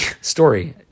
story